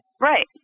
Right